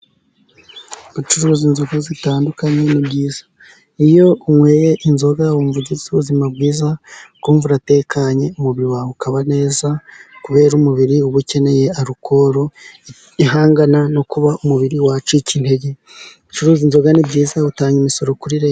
Gucuruza inzoga zitandukanye ni byiza, iyo unyweye inzoga, wumva ugize ubuzima bwiza, ukumva utekanye, umubiri wawe ukaba neza, kubera umubiri uba ukeneye alukoro, ihangana no kuba umubiri wacika intege, gucuruza inzoga ni byiza, utanga imisoro kuri leta.